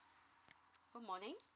good morning